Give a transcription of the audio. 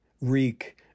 Reek